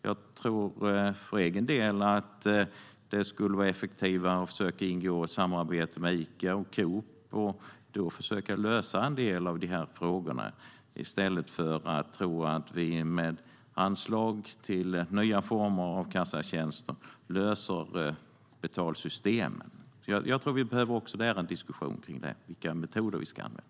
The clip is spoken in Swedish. Jag tror att det skulle vara effektivare att ingå ett samarbete med Ica och Coop och på så sätt försöka lösa en del av dessa frågor i stället för att tro att vi med anslag till nya former av kassatjänster löser frågan om betalsystem. Här behöver vi också ha en diskussion om vilka metoder vi ska använda.